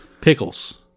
pickles